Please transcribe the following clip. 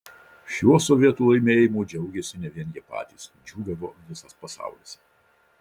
šiuo sovietų laimėjimu džiaugėsi ne vien jie patys džiūgavo visas pasaulis